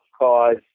cause